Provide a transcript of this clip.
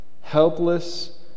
helpless